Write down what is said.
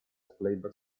playback